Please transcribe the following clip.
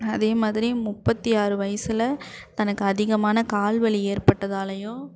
அதேமாதிரி முற்பத்தி ஆறு வயசில் தனக்கு அதிகமான கால்வலி ஏற்பட்டதாலையும்